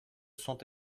sont